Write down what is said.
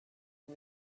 and